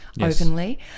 openly